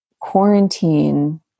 quarantine